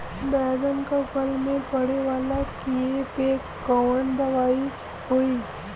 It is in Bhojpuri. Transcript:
बैगन के फल में पड़े वाला कियेपे कवन दवाई होई?